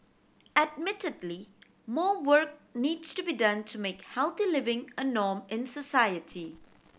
admittedly more work needs to be done to make healthy living a norm in society